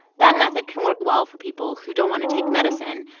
that method can work well for people who don't want to take medicine,